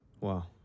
Wow